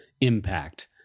impact